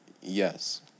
Yes